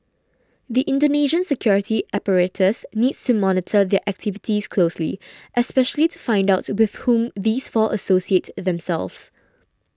the Indonesian security apparatus needs to monitor their activities closely especially to find out with whom these four associate themselves